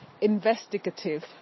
investigative